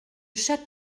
chaque